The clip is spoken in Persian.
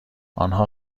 آنها